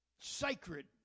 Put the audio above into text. sacred